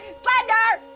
slender?